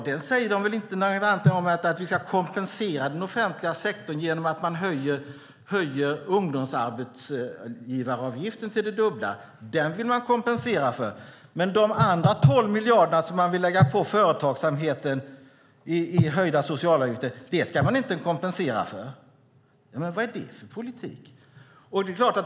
De säger inte någonting annat om det än att vi ska kompensera den offentliga sektorn genom att höja ungdomsarbetsgivaravgiften till det dubbla. Den vill man kompensera för. Men de andra tolv miljarder som man vill lägga på företagsamheten i höjda socialavgifter ska man inte kompensera för. Vad är det för politik?